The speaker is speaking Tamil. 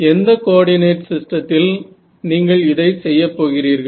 எந்த கோஆர்டிநேட் சிஸ்டத்தில் நீங்கள் இதை செய்யப்போகிறீர்கள்